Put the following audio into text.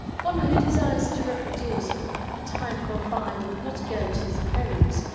one who desires to reproduce a time gone by would not go to the poets,